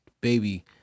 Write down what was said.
baby